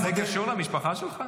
זה קשור למשפחה שלך?